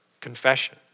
confession